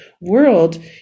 world